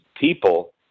people